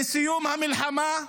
לסיום המלחמה,